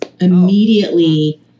immediately